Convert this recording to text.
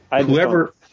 Whoever